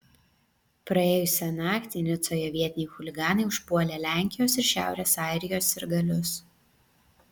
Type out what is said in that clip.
praėjusią naktį nicoje vietiniai chuliganai užpuolė lenkijos ir šiaurės airijos sirgalius